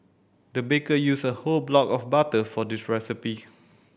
the baker used a whole block of butter for this recipe